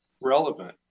relevant